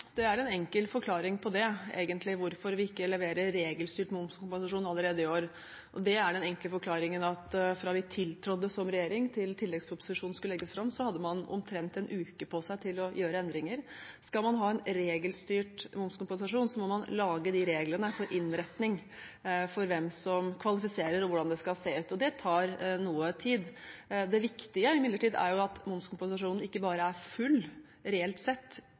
Det er egentlig en enkel forklaring på hvorfor vi ikke leverer regelstyrt momskompensasjon allerede i år, og det er den enkle forklaringen at fra vi tiltrådte som regjering til tilleggsproposisjonen skulle legges fram, hadde man omtrent en uke på seg til å gjøre endringer. Skal man ha en regelstyrt momskompensasjon, må man lage de reglene for innretning, for hvem som kvalifiserer, og hvordan det skal se ut. Det tar noe tid. Det viktige er imidlertid at momskompensasjonen ikke bare er full, reelt sett